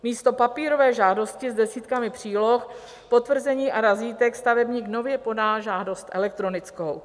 Místo papírové žádosti s desítkami příloh, potvrzení a razítek stavebník nově podá žádost elektronickou.